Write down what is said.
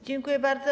Dziękuję bardzo.